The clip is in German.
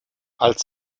als